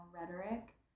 rhetoric